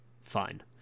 Fine